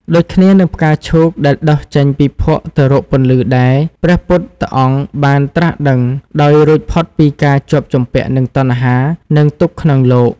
ដូចគ្នានឹងផ្កាឈូកដែលដុះចេញពីភក់ទៅរកពន្លឺដែរ ព្រះពុទ្ធអង្គបានត្រាស់ដឹងដោយរួចផុតពីការជាប់ជំពាក់នឹងតណ្ហា និងទុក្ខក្នុងលោក។